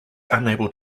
unable